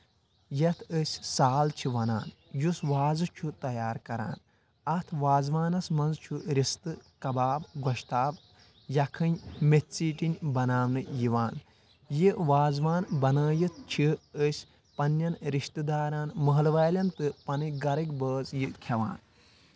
یتھ أسۍ سال چھِ وَنان یُس وازٕ چھُ تیار کران اَتھ وازوانَس منٛز چھُ رِستہٕ کَباب گۄشتاب یکھٕنۍ میتھہِ ژیٹِنۍ بناونہٕ یِوان یہِ وازوان بنٲیتھ چھِ أسۍ پنٕنؠن رِشتہٕ دارن محلہٕ والؠن تہٕ پنٕنۍ گرٕکۍ بٲژ یہِ کھیٚوان